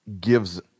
gives